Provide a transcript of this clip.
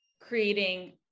creating